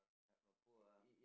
help the poor ah